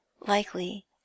likely